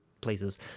places